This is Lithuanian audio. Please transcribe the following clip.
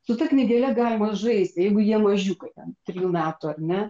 su ta knygele galima žaisti jeigu jie mažiukai ten trijų metų ar ne